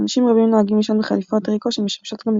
אנשים רבים נוהגים לישון בחליפות טריקו שמשמשות גם לספורט.